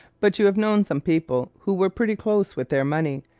but you have known some people who were pretty close with their money.